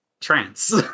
Trance